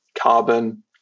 carbon